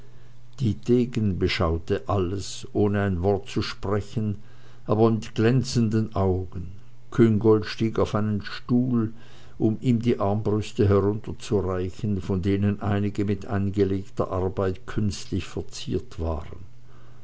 dietegen beschaute alles ohne ein wort zu sprechen aber mit glänzenden augen küngolt stieg auf einen stuhl um ihm die armbrüste herunterzureichen von denen einige mit eingelegter arbeit künstlich verziert waren